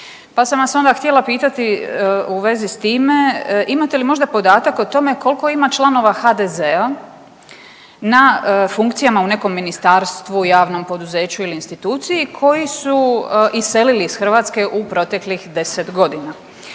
pa sam vas onda htjela pitati u vezi s time, imate li možda podatak o tome koliko ima članova HDZ-a na funkcijama u nekom ministarstvu, javnom poduzeću ili instituciji koji su iselili iz Hrvatske u proteklih 10 godina.